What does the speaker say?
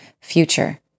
future